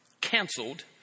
canceled